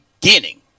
beginning